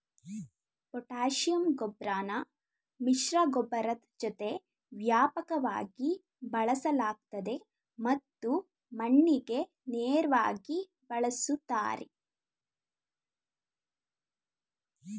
potassium ಗೊಬ್ರನ ಮಿಶ್ರಗೊಬ್ಬರದ್ ಜೊತೆ ವ್ಯಾಪಕವಾಗಿ ಬಳಸಲಾಗ್ತದೆ ಮತ್ತು ಮಣ್ಣಿಗೆ ನೇರ್ವಾಗಿ ಬಳುಸ್ತಾರೆ